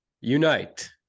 unite